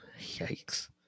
Yikes